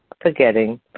forgetting